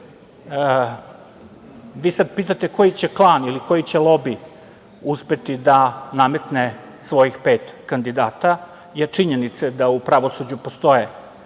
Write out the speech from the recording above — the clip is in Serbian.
vi sada pitate koji će klan ili koji će lobi uspeti da nametne svojih pet kandidata, je činjenica da u pravosuđu postoje,